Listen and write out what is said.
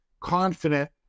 confident